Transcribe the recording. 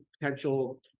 potential